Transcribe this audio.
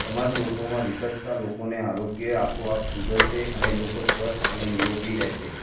સમાજ લોકોમાં વિકસતા લોકોને આરોગ્ય આપોઆપ સુધરશે અને લોકો સ્વસ્થ અને નીરોગી રહેશે